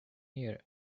year